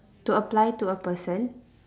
to apply to a person